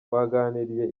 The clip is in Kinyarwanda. twaganiriye